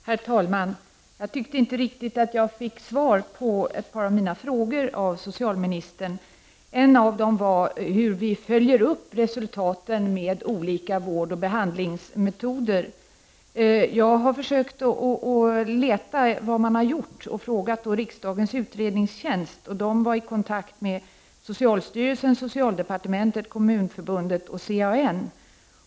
Herr talman! Jag tyckte att jag inte riktigt fick svar på ett par av mina frågor till socialministern. En av dem var hur vi följer upp resultaten med olika vårdoch behandlingsmetoder. Jag försökte att leta reda på vad man har gjort och frågade riksdagens utredningstjänst. Utredningstjänsten var i kontakt med socialstyrelsen, socialdepartementet, Kommunförbundet och CAN.